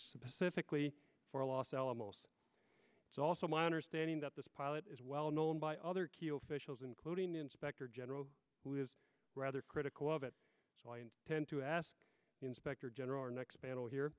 pacifically for los alamos is also my understanding that this pilot is well known by other key officials including the inspector general who is rather critical of it tend to ask inspector general or next panel here